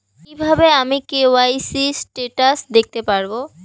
কিভাবে আমি KYC status দেখতে পারবো?